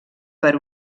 per